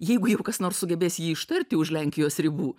jeigu jau kas nors sugebės jį ištarti už lenkijos ribų